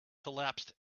collapsed